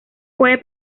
puede